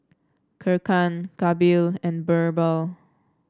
Kiran Kapil and BirbaL